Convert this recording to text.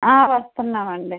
వస్తున్నానండి